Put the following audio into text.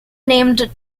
named